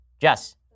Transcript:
Jess